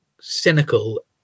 cynical